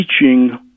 teaching